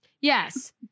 yes